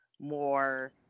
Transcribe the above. More